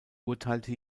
urteilte